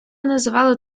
називали